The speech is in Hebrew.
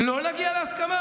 לא נגיע להסכמה?